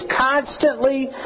constantly